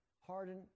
hardened